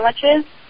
Sandwiches